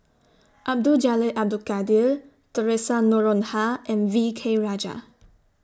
Abdul Jalil Abdul Kadir Theresa Noronha and V K Rajah